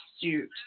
suit